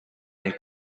and